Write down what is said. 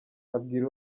abwira